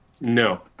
No